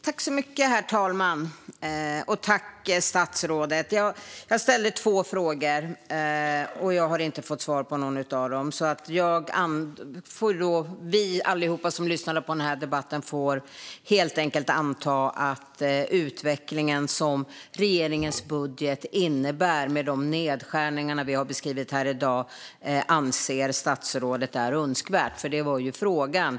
Herr talman! Statsrådet! Jag ställde två frågor. Jag har inte fått svar på någon av dem. Jag och alla som lyssnar på debatten får helt enkelt anta att den utveckling som regeringens budget innebär, med de nedskärningar som vi har beskrivit här i dag, är önskvärd enligt statsrådet. Det var det som var frågan.